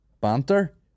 BANTER